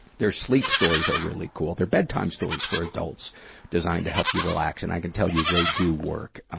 their sleep stories are really cool. they're bedtime stories for adults designed to help you relax. and i can tell you, they do work.